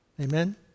Amen